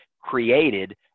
created